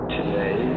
Today